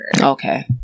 Okay